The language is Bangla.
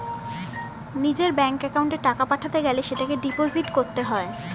নিজের ব্যাঙ্ক অ্যাকাউন্টে টাকা পাঠাতে গেলে সেটাকে ডিপোজিট করতে হয়